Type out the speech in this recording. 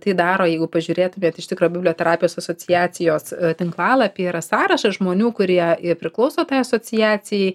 tai daro jeigu pažiūrėtumėt iš tikro biblioterapijos asociacijos tinklalapyje yra sąrašas žmonių kurie ir priklauso tai asociacijai